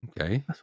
Okay